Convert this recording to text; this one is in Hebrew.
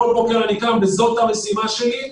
כל בוקר אני קם וזאת המשימה שלי.